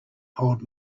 old